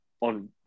on